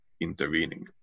intervening